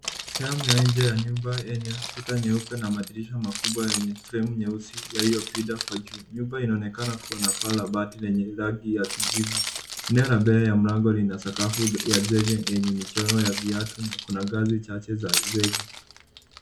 Sehemu ya nje ya nyumba yenye kuta nyeupe na madirisha makubwa yenye fremu nyeusi yaliyopinda kwa juu. Nyumba inaonekana kuwa na paa la bati lenye rangi ya kijivu. Eneo la mbele ya mlango lina sakafu ya zege yenye michoro ya viatu na kuna ngazi chache za zege.